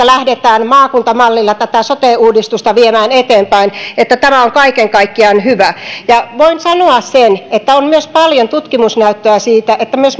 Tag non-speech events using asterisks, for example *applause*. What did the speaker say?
*unintelligible* lähdetään maakuntamallilla tätä sote uudistusta viemään eteenpäin että tämä on kaiken kaikkiaan hyvä ja voin sanoa sen että on myös paljon tutkimusnäyttöä siitä että myös *unintelligible*